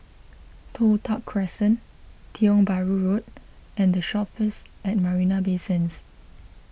Toh Tuck Crescent Tiong Bahru Road and the Shoppes at Marina Bay Sands